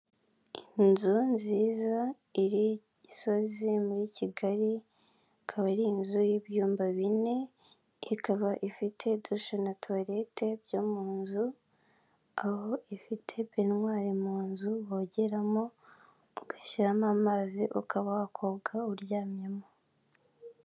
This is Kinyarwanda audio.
Inzu nziza iri Gisozi muri Kigali ikaba ari inzu y'ibyumba bine, ikaba ifite dushe na tuwarete byo mu nzu, aho ifite miriwari mu nzu bogeramo ugashyiramo amazi ukaba wakoga uryamyemo.